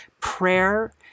prayer